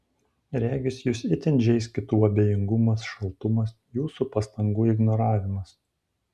regis jus itin žeis kitų abejingumas šaltumas jūsų pastangų ignoravimas